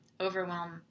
overwhelm